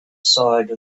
side